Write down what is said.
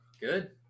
good